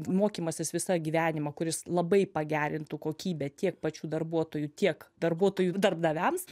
mokymasis visą gyvenimą kuris labai pagerintų kokybę tiek pačių darbuotojų tiek darbuotojų darbdaviams